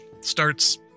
starts